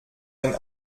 ein